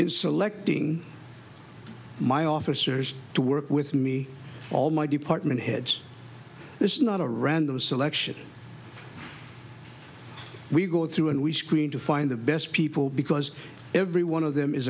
in selecting my officers to work with me all my department heads this is not a random selection we go through and we screen to find the best people because every one of them is